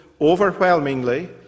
overwhelmingly